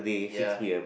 ya